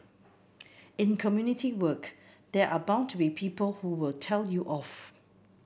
in community work there are bound to be people who will tell you off